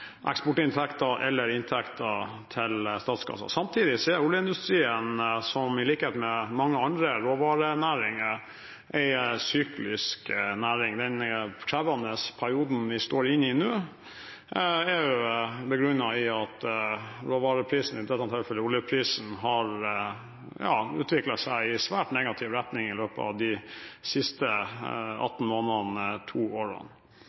eksportinntekter eller inntekter til statskassen. Samtidig er oljeindustrien, i likhet med mange andre råvarenæringer, en syklisk næring. Denne krevende perioden vi står inne i nå, er begrunnet i at råvareprisen, i dette tilfellet oljeprisen, har utviklet seg i svært negativ retning i løpet av de siste halvannet til to